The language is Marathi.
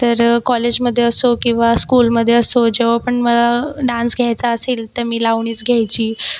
तर कॉलेजमध्ये असो किंवा स्कूलमध्ये असो जेव्हा पण मला डान्स घ्यायचा असेल तर मी लावणीच घ्यायची